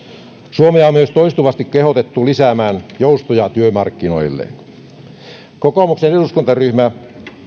suomea on myös toistuvasti kehotettu lisäämään joustoja työmarkkinoille kokoomuksen eduskuntaryhmä